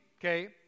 okay